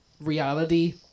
reality